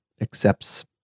accepts